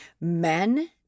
Men